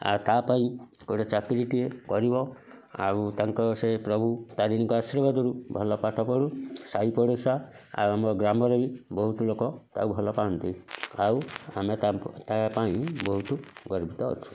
ଆ ତା ପାଇଁ ଗୋଟେ ଚାକିରୀ ଟିଏ କରିବ ଆଉ ତାଙ୍କ ସେ ପ୍ରଭୁ ତାରିଣୀଙ୍କ ଆଶୀର୍ବାଦରୁ ଭଲ ପାଠ ପଢୁ ସାଇ ପଡ଼ିଶା ଆଉ ଆମ ଗ୍ରାମରେ ବି ବହୁତ ଲୋକ ତାକୁ ଭଲ ପାଆନ୍ତି ଆଉ ଆମେ ତା ତା ପାଇଁ ବହୁତ ଗର୍ବିତ ଅଛୁ